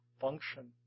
function